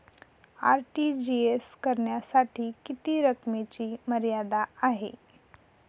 RTGS करण्यासाठी किती रकमेची मर्यादा आहे?